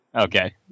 Okay